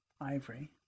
ivory